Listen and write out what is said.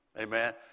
Amen